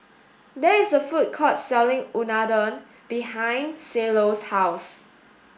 there is a food court selling Unadon behind Cielo's house